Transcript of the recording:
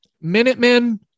Minutemen